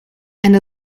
and